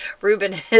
Ruben